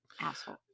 Asshole